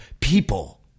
people